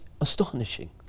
astonishing